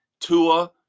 Tua